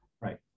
right